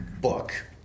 book